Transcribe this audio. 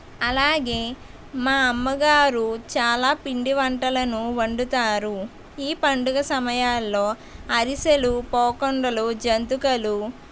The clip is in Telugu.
అలాగే మా అమ్మగారు చాలా పిండి వంటలను వండుతారు ఈ పండుగ సమయాల్లో అరిసెలు పోకుండలు జంతికలు